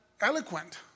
eloquent